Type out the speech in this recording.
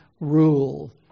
rule